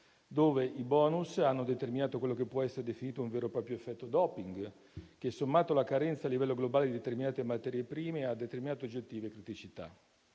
dove i *bonus* hanno determinato quello che può essere definito un vero e proprio effetto *doping*, che, sommato alla carenza a livello globale di determinate materie prime, ha determinato oggettive criticità.